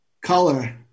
Color